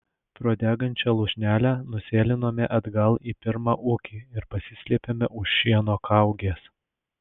pro degančią lūšnelę nusėlinome atgal į pirmą ūkį ir pasislėpėme už šieno kaugės